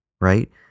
right